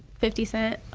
fifty cent,